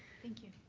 thank you.